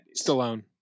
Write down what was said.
Stallone